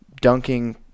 dunking